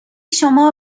شما